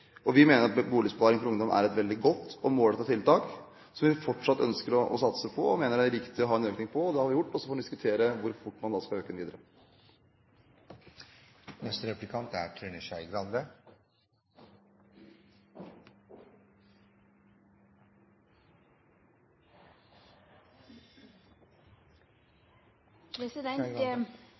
Vi mener at Boligsparing for ungdom er et veldig godt og målrettet tiltak, som vi fortsatt ønsker å satse på, og mener det er riktig å ha en økning på. Det har vi gjort, og så får man diskutere hvor fort man skal øke